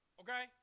Okay